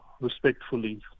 respectfully